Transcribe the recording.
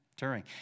Turing